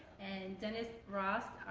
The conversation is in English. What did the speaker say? and dennis ross,